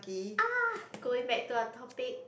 ah going back to our topic